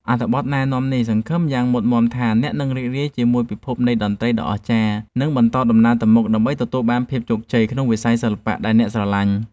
អត្ថបទណែនាំនេះសង្ឃឹមយ៉ាងមុតមាំថាអ្នកនឹងរីករាយជាមួយពិភពនៃតន្ត្រីដ៏អស្ចារ្យ និង បន្តដំណើរទៅមុខដើម្បីទទួលបានភាពជោគជ័យក្នុងវិស័យសិល្បៈដែលអ្នកស្រឡាញ់។